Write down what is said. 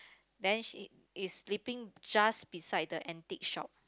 then she is sleeping just beside the antique shop